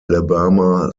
alabama